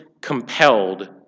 compelled